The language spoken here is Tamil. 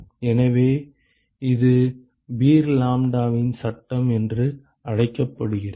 எனவே இது பீர் லம்பேர்ட்டின் Beer Lambert's சட்டம் என்று அழைக்கப்படுகிறது